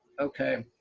okay,